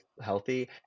healthy